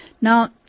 Now